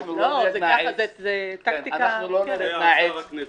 אנחנו לא נרד מן העץ.